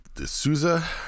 D'Souza